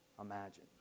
imagine